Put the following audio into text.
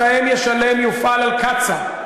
עקרון "המזהם ישלם" יופעל על קצא"א.